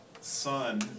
Son